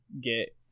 get